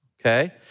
okay